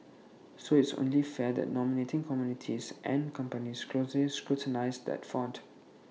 so IT is only fair that nominating committees and companies closely scrutinise that front